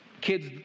Kids